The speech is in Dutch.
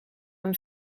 een